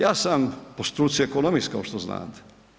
Ja sam po struci ekonomist, kao što znate.